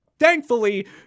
Thankfully